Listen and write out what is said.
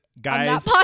guys